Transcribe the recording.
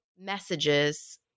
messages